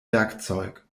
werkzeug